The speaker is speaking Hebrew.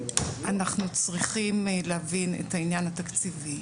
אנחנו צריכים להבין את העניין התקציבי.